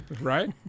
right